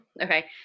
Okay